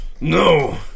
No